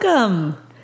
Welcome